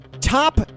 Top